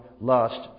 lust